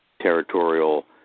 territorial